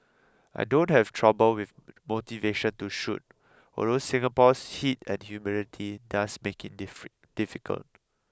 I don't have trouble with motivation to shoot although Singapore's heat and humidity does make it difficult